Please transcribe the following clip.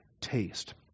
taste